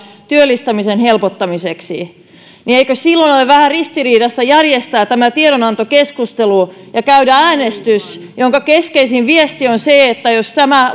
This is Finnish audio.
työllistämisen helpottamiseksi niin eikös silloin ole vähän ristiriitaista järjestää tämä tiedonantokeskustelu ja käydä äänestys jonka keskeisin viesti on se että jos